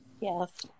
Yes